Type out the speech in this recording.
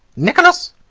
nicholas!